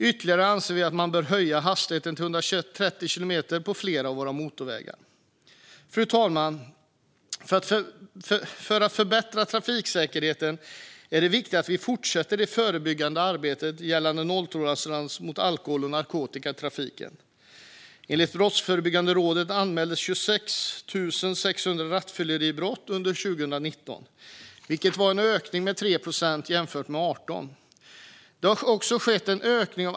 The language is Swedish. Vidare anser vi att man bör höja hastigheten till 130 kilometer i timmen på flera av våra motorvägar. Fru talman! För att förbättra trafiksäkerheten är det viktigt att vi fortsätter det förebyggande arbetet gällande nolltolerans mot alkohol och narkotika i trafiken. Enligt Brottsförebyggande rådet anmäldes 26 600 rattfylleribrott under 2019, vilket var en ökning med 3 procent jämfört med 2018.